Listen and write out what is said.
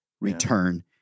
return